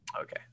Okay